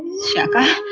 shakka,